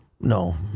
No